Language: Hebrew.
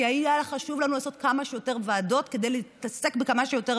כי היה חשוב לנו לעשות כמה שיותר ועדות כדי להתעסק בכמה שיותר